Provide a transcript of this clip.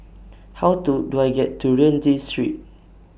How Do Do I get to Rienzi Street